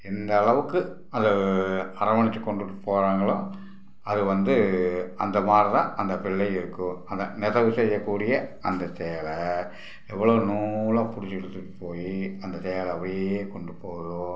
எந்த அளவுக்கு அதை அரவணைத்து கொண்டுகிட்டு போகிறாங்களோ அது வந்து அந்தமாதிரிதான் அந்த பிள்ளையும் இருக்கும் அதுதான் நெசவு செய்யக்கூடிய அந்த சேலை எவ்வளோ நூலாக பிடிச்சு இழுத்துக்கிட்டு போய் அந்த சேலை அப்படியே கொண்டு போகிறதோ